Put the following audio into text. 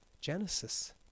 Genesis